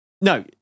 No